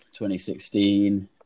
2016